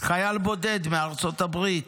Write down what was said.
חייל בודד מארצות הברית.